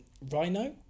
rhino